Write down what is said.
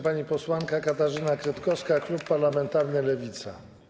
Pani posłanka Katarzyna Kretkowska, klub parlamentarny Lewica.